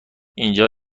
اینجا